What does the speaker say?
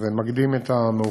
אז זה מקדים את המאוחר.